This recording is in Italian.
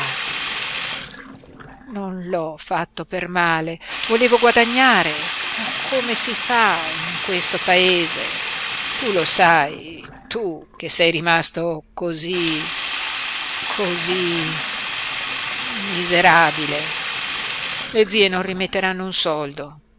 non l'ho fatto per male volevo guadagnare ma come si fa in questo paese tu lo sai tu che sei rimasto cosí cosí miserabile le zie non rimetteranno un soldo